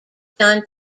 done